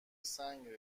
سنگ